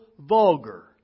vulgar